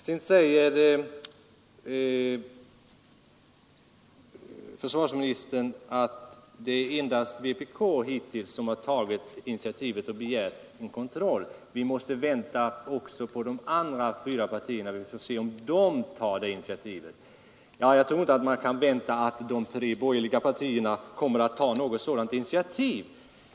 Vidare säger försvarsministern att det hittills endast är vpk som har begärt en kontroll och att man måste vänta på ett eventuellt initiativ från de andra fyra partierna. Jag tror inte att man kan vänta att de tre borgerliga partierna kommer att ta något sådant initiativ.